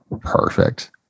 Perfect